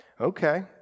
okay